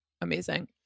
amazing